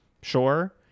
sure